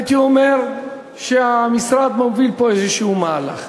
הייתי אומר שהמשרד מוביל פה איזשהו מהלך.